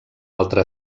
altre